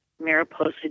Mariposa